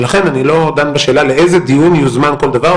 לכן אני לא דן בשאלה לאיזה דיון יוזמן כל דבר,